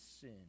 sin